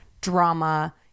drama